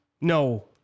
No